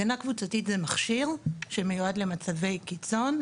הגנה קבוצתית היא מכשיר שמיועד למצבי קיצון,